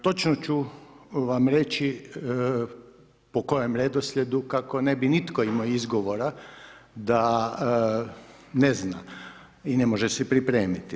Točno ću vam reći po kojem redoslijedu kako ne bi nitko imao izgovora da ne zna i ne može se pripremiti.